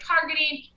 targeting